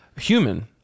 human